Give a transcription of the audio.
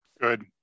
good